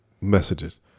messages